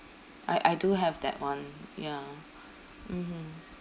I I do have that [one] ya mmhmm